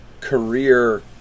career